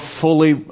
fully